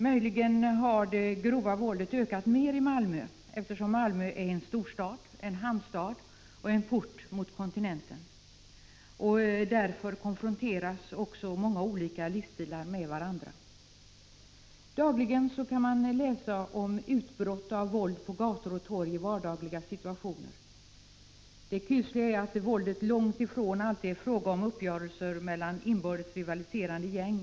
Möjligen har det grova våldet ökat mer i Malmö — som ju är en storstad, en hamnstad och en port mot kontinenten — än på andra orter. Således konfronteras där många olika livsstilar. Dagligen kan man läsa om utbrott av våld på gator och torg i vardagliga situationer. Det kusliga med detta våld är att det långt ifrån alltid är fråga om uppgörelser mellan inbördes rivaliserande gäng.